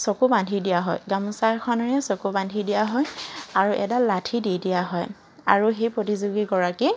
চকু বান্ধি দিয়া হয় গামোচা এখনেৰে চকু বান্ধি দিয়া হয় আৰু এডাল লাঠি দি দিয়া হয় আৰু সেই প্ৰতিযোগীগৰাকী